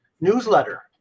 newsletter